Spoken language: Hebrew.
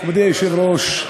מכובדי היושב-ראש,